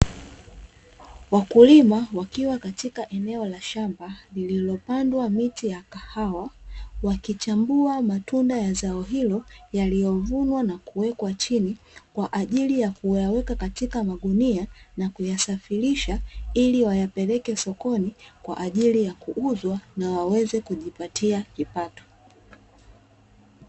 Wakulima wakiwa katika eneo la shamba lililopandwa miti ya kahawa, wakichambua matunda ya zao hilo yaliyovunwa na kuwekwa chini kwa ajili ya kuyaweka katika magunia na kuyasafirisha ili wayapeleke sokoni kwa ajili ya kuuzwa na waweze kujipatia kipato.